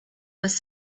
was